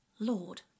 Lord